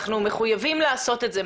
מהמקום שלנו אנחנו מחויבים לעשות את זה,